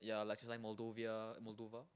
ya like she's like Moldovia Moldova